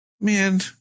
man